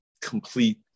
complete